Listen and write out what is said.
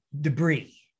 debris